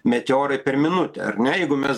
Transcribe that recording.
meteorai per minutę ar ne jeigu mes